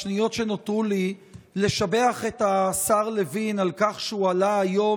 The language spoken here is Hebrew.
בשניות שנותרו לי אני מבקש לשבח את השר לוין על כך שהוא עלה היום